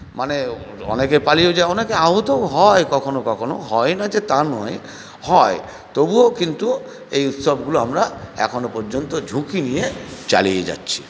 মানে অনেকে পালিয়েও যায় অনেকে আহতও হয় কখনো কখনো হয় না যে তা নয় হয় তবুও কিন্ত এই উৎসবগুলো আমরা এখনও পর্যন্ত ঝুঁকি নিয়ে চালিয়ে যাচ্ছি